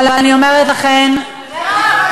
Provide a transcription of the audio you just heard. אבל אני אומרת לכן, מירב,